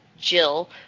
Jill